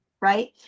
right